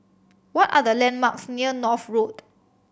what are the landmarks near North Road